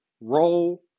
Roll